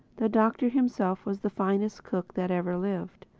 the doctor himself was the finest cook that ever lived.